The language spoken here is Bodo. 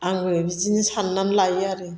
आंबो बिदिनो साननानै लायो आरो